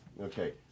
Okay